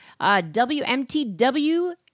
WMTW